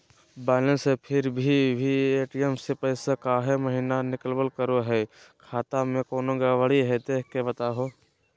Balance है फिर भी भी ए.टी.एम से पैसा काहे महिना निकलब करो है, खाता में कोनो गड़बड़ी है की देख के बताहों?